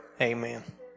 Amen